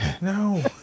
No